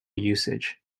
usage